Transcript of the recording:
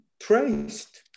traced